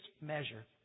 measure